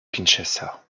kinshasa